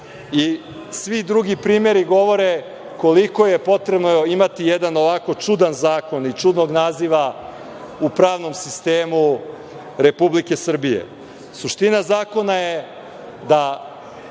i svi drugi primeri govore koliko je potrebno imati jedan ovako čudan zakon i čudnog naziva u pravnom sistemu Republike Srbije. Suština